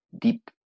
deep